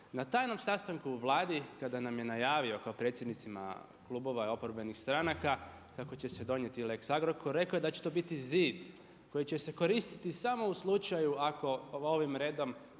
na tajnom sastanku u Vladi kada nam je najavio kao predsjednicima klubova i oporbenih stranaka, kako će se donijeti lex Agrokor, rekao je da će to biti zid, koji će se koristiti samo u slučaju, ako ovim redom